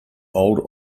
old